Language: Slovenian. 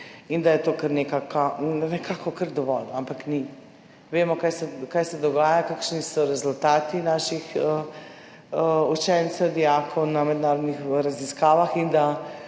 in da je to nekako kar dovolj. Ampak ni. Vemo, kaj se dogaja, kakšni so rezultati naših učencev, dijakov na mednarodnih raziskavah, in